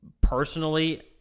Personally